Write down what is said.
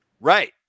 Right